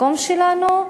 המקום שלנו,